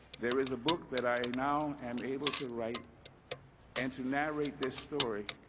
there is a book that i now am able to write and to narrate this story,